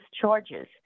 charges